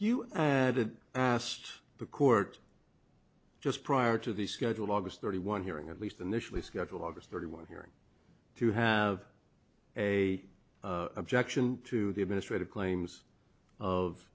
you hadn't asked the court just prior to the schedule aug thirty one hearing at least initially schedule august thirty one hearing to have a objection to the administrative claims of